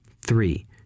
three